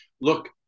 Look